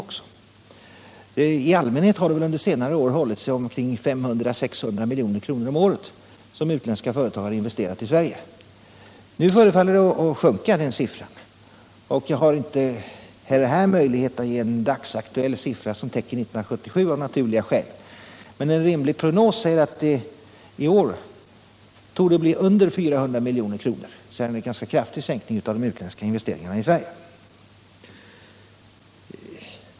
I allmänhet har utländska företagsinvesteringar i Sverige under senare år legat på omkring 500 å 600 milj.kr. om året. Nu förefaller den siffran att sjunka Jag har inte heller i det här fallet möjlighet att ge en dagsaktuell siffra för 1977, av naturliga skäl, men en rimlig prognos säger att dessa investeringar i år borde bli under 700 milj.kr., vilket innebär en ganska kraftig sänkning av de utländska investeringarna i Sverige.